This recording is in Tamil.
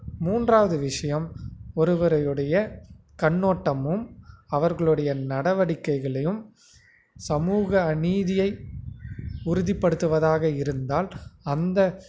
மூன்றாவது விஷயம் ஒருவரை உடைய கண்ணோட்டமும் அவர்களுடைய நடவடிக்கைகளையும் சமூக அநீதியை உறுதிப்படுத்துவதாக இருந்தால் அந்த